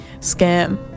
scam